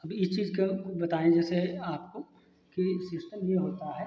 अभी इस चीज़ को बताएँ जैसे आपको कि सिस्टम यह होता है